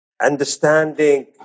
understanding